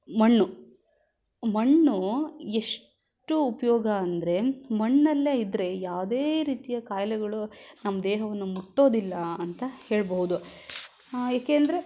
ಮಣ್ಣು ಮಣ್ಣು ಎಷ್ಟು ಉಪಯೋಗ ಅಂದರೆ ಮಣ್ಣಲ್ಲೇ ಇದ್ದರೆ ಯಾವುದೇ ರೀತಿಯ ಖಾಯಿಲೆಗಳು ನಮ್ಮ ದೇಹವನ್ನು ಮುಟ್ಟೋದಿಲ್ಲ ಅಂತ ಹೇಳ್ಬೌದು ಯಾಕೆ ಅಂದರೆ